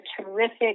terrific